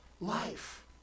life